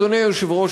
אדוני היושב-ראש,